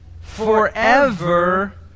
forever